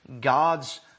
God's